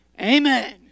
amen